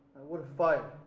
would've fired.